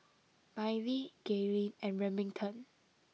Mylie Gaylene and Remington